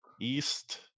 East